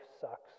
sucks